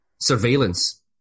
surveillance